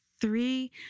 three